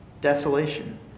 desolation